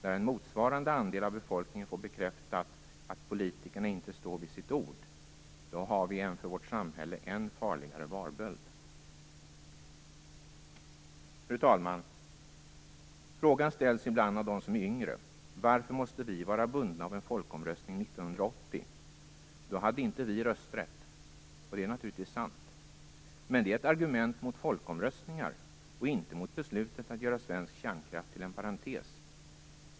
När en motsvarande andel av befolkningen får bekräftat att politikerna inte står vid sitt ord har vi en för vårt samhälle än farligare varböld. Fru talman! Frågan ställs ibland av dem som är yngre: Varför måste vi vara bundna av en folkomröstning 1980? Då hade inte vi rösträtt. Det är naturligtvis sant. Men det är ett argument mot folkomröstningar och inte mot beslutet att göra svensk kärnkraft till en parentes.